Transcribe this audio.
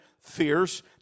fierce